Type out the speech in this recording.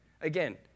again